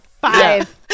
five